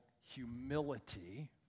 humility